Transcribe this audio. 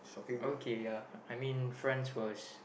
okay ya I mean France was